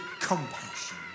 compassion